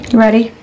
Ready